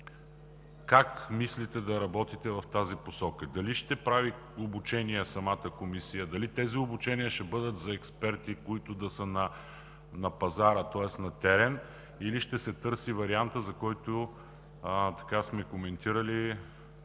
как мислите да работите в тази посока – дали ще прави обучение самата Комисия, дали тези обучения ще бъдат за експерти, които да са на пазара, тоест на терен, или ще се търси вариантът, за който сме коментирали